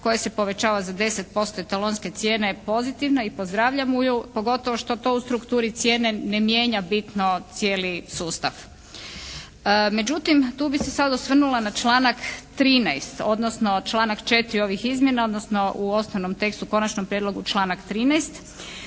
koje se povećava za 10% etalonske cijene je pozitivna i pozdravljamo ju, pogotovo što to u strukturi cijene ne mijenja bitno cijeli sustav. Međutim tu bih se sada osvrnula na članak 13. odnosno na članak 4. ovih izmjena, odnosno u osnovnom tekstu u konačnom prijedlogu članak 13.